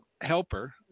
helper